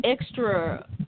extra